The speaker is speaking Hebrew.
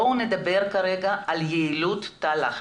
בואו נדבר כרגע על יעילות תא לחץ.